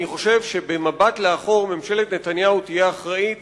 במבט לאחור, אני חושב, ממשלת נתניהו תהיה אחראית